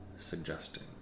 suggesting